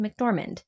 McDormand